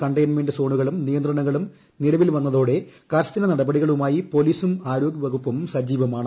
containment സോണുകളും നിയന്ത്രണങ്ങളും കൂടുതൽ നിലവിൽ വന്നതോടെ കർശന നടപടികളുമായി പോലീസും ആരോഗ്യ വകുപ്പും സജീവമാണ്